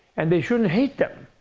and they shouldn't hate them.